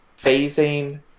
phasing